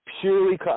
purely –